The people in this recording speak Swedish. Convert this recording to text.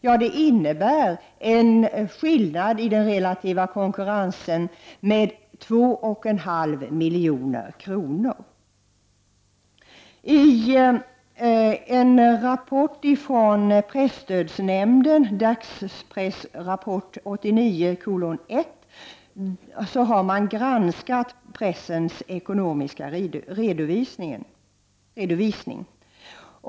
Ja, det innebär en skillnad i den relativa konkurrensen med 2,5 milj.kr. I en rapport från presstödsnämnden, Dagspressrapport 89:1, har man granskat pressens ekonomiska redovisning.